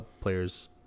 players